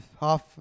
half